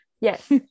Yes